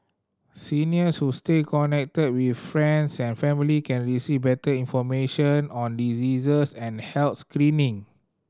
seniors who stay connected with friends and family can receive better information on diseases and health screening